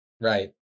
Right